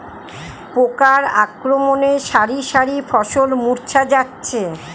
পোকার আক্রমণে শারি শারি ফসল মূর্ছা যাচ্ছে